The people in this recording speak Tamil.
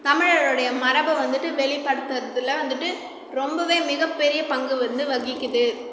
தமிழரோடைய மரபை வந்துவிட்டு வெளிப்படுத்துறதில் வந்துவிட்டு ரொம்பவே மிகப்பெரிய பங்கை வந்து வகிக்குது